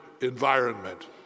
environment